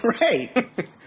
Right